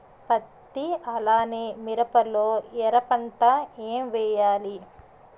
పత్తి అలానే మిరప లో ఎర పంట ఏం వేయాలి?